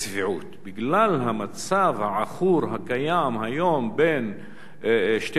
בגלל המצב העכור הקיים היום בין שתי הממשלות,